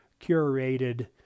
curated